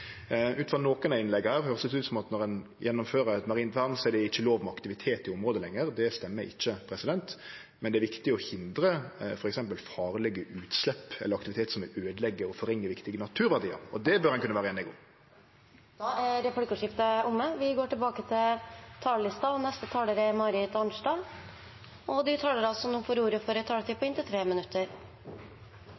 Ut frå nokre av innlegga her høyrest det ut som at når ein gjennomfører eit marint vern, er det ikkje lov med aktivitet i området lenger. Det stemmer ikkje. Men det er viktig å hindre f.eks. farlege utslepp eller aktivitet som vil øydeleggje og gjere viktige naturverdiar ringare. Det bør ein kunne vere einige om. Replikkordskiftet er omme.